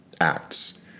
acts